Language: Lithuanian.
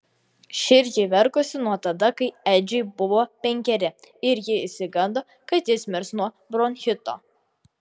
širdžiai verkusi nuo tada kai edžiui buvo penkeri ir ji išsigando kad jis mirs nuo bronchito